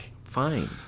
Fine